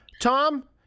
Tom